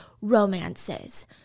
romances